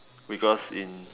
because in